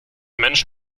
mensch